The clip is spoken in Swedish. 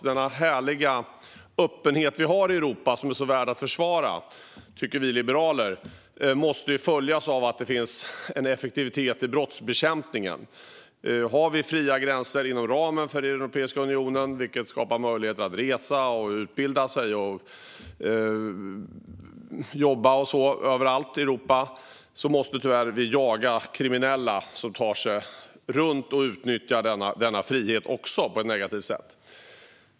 Den härliga öppenhet som vi har i Europa och som är så värd att försvara, tycker vi liberaler, måste följas av att det finns en effektivitet i brottsbekämpningen. Har vi fria gränser inom ramen för Europeiska unionen, vilket skapar möjlighet att resa, utbilda sig och jobba överallt i Europa, måste vi tyvärr jaga kriminella som tar sig runt och utnyttjar denna frihet på ett negativt sätt.